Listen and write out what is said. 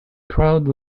crowd